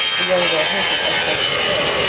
the young girl hinted, as best she could,